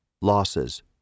losses